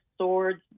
swords